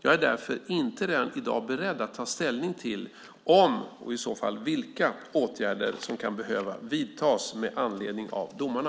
Jag är därför inte redan i dag beredd att ta ställning till om - och i så fall vilka - åtgärder som kan behöva vidtas med anledning av domarna.